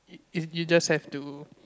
you you just have to